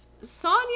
Sonya